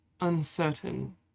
uncertain